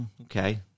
okay